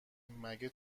مگه